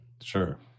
Sure